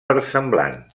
versemblant